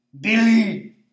Billy